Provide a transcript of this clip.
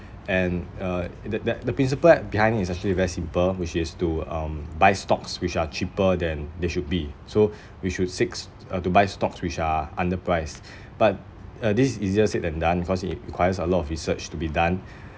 and uh that that the principle at behind is actually very simple which is to um buy stocks which are cheaper than they should be so we should seeks uh to buy stocks which are underpriced but uh this is easier said than done because it requires a lot of research to be done